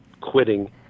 quitting